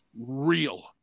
real